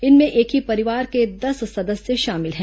इनमें एक ही परिवार के दस सदस्य शामिल हैं